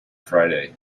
friday